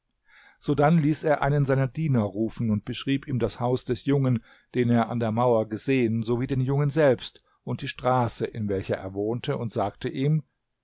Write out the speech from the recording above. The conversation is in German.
sodann ließ er einen seiner diener rufen und beschrieb ihm das haus des jungen den er an der mauer gesehen so wie den jungen selbst und die straße in welcher er wohnte und sagte ihm